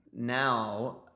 now